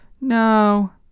no